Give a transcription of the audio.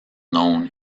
known